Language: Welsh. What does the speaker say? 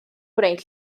gwneud